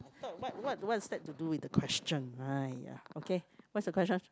thought what what what is that to do with the question right ya okay what's the question